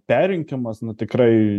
perrinkimas nu tikrai